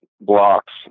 blocks